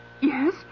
Yes